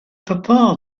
papa